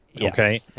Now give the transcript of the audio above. Okay